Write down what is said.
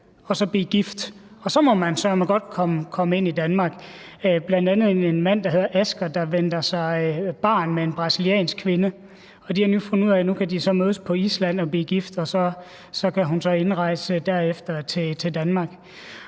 og så blive gift der, og så må de søreme godt komme ind i Danmark. Det gælder bl.a. en mand, der hedder Asger, som venter barn med en brasiliansk kvinde; de har fundet ud af, at nu de kan mødes på Island og blive gift der, og så kan hun derefter indrejse i Danmark.